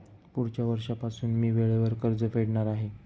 पुढच्या वर्षीपासून मी वेळेवर कर्ज फेडणार आहे